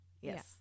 Yes